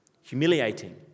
humiliating